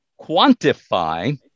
quantify